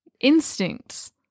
instincts